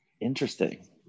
interesting